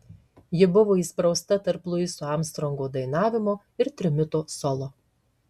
ji buvo įsprausta tarp luiso armstrongo dainavimo ir trimito solo